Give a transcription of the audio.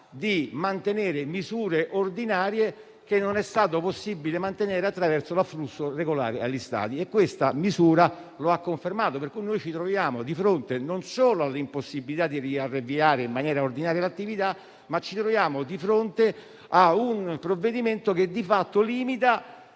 di mantenere misure ordinarie che non è stato possibile assicurare attraverso l'afflusso regolare agli stadi e questa misura lo ha confermato. Ci troviamo pertanto di fronte non solo all'impossibilità di riavviare in maniera ordinaria l'attività, ma anche a un provvedimento che di fatto limita